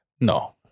No